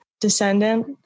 descendant